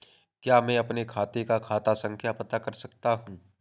क्या मैं अपने खाते का खाता संख्या पता कर सकता हूँ?